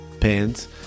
pants